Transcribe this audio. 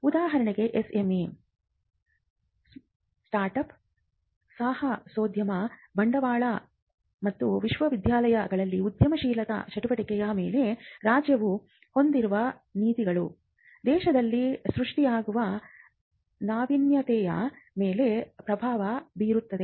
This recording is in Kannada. ಉದಾಹರಣೆಗೆ SME ಸ್ಟಾರ್ಟಪ್ ಸಾಹಸೋದ್ಯಮ ಬಂಡವಾಳಶಾಹಿ ಮತ್ತು ವಿಶ್ವವಿದ್ಯಾಲಯಗಳಲ್ಲಿನ ಉದ್ಯಮಶೀಲತಾ ಚಟುವಟಿಕೆಯ ಮೇಲೆ ರಾಜ್ಯವು ಹೊಂದಿರುವ ನೀತಿಗಳು ದೇಶದಲ್ಲಿ ಸೃಷ್ಟಿಯಾಗುವ ನಾವೀನ್ಯತೆಯ ಮೇಲೆ ಪ್ರಭಾವ ಬೀರುತ್ತವೆ